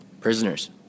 Prisoners